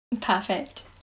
perfect